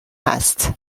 هست